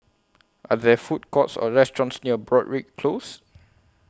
Are There Food Courts Or restaurants near Broadrick Close